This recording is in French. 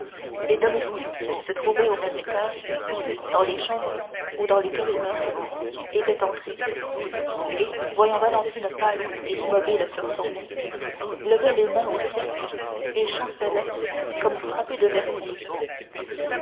les domestiques qui se trouvaient au même étage dans les chambres ou dans les corridors étaient entrés et voyant valentine pâle et immobile sur son lit levaient les mains au ciel et chancelaient comme frappés de vertige